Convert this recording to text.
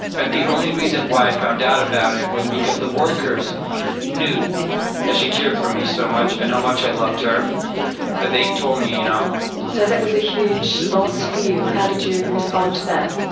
and the only reason why i found out about it was because the workers knew that she cared for me so much and how much i loved her that they told me. you know so that was a huge loss for you. how did you respond to that?